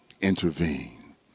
intervene